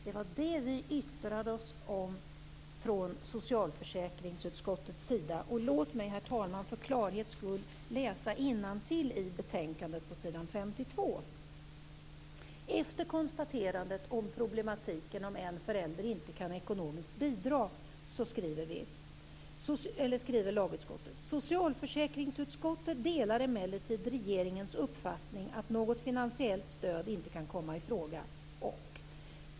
Det var det vi från socialförsäkringsutskottet yttrade oss om. Låt mig, herr talman, för klarhets skull läsa innantill på s. 52 i betänkandet. Efter konstaterandet av det problem som uppstår om en förälder inte ekonomiskt kan bidra skriver lagutskottet: "Socialförsäkringsutskottet delar emellertid regeringens uppfattning att något finansiellt stöd inte kan komma i fråga.